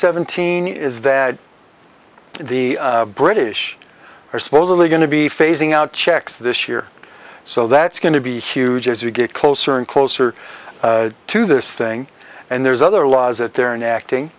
seventeen is that the british are supposedly going to be phasing out checks this year so that's going to be huge as you get closer and closer to this thing and there's other laws that they're in acting